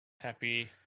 happy